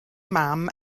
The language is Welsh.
mam